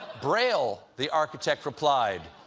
braille, the architect replied.